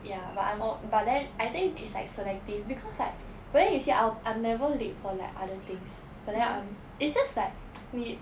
ya but I'm all but then I think is like selective because like where you see I I'm never late for like other things but then I'm it's just like 你